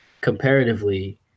comparatively